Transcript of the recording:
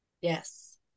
Yes